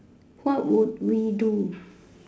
what would we do